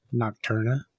nocturna